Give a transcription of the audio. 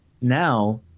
now